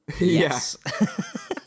Yes